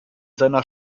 seiner